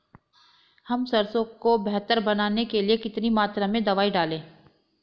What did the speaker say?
हम सरसों को बेहतर बनाने के लिए कितनी मात्रा में दवाई डालें?